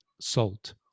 salt